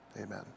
amen